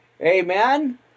Amen